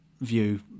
view